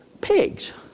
pigs